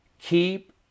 Keep